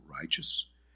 righteous